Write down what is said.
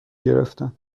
گرفتن